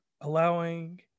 allowing